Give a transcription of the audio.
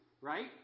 Right